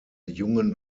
jungen